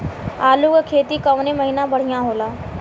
आलू क खेती कवने महीना में बढ़ियां होला?